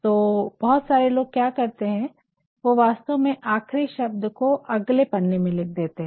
तो बहुत सारे लोग क्या करते है वो वास्तव में आखिरी शब्द को अगले पन्ने में लिख देते है